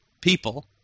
people